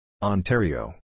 Ontario